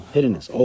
Hiddenness